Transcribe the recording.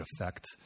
effect